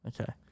okay